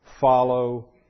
follow